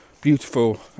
Beautiful